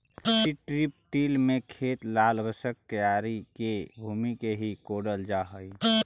strip till में खेत ला आवश्यक क्यारी के भूमि के ही कोड़ल जा हई